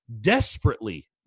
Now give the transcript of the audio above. desperately